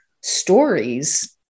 stories